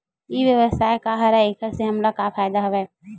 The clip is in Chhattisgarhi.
ई व्यवसाय का हरय एखर से हमला का फ़ायदा हवय?